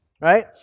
right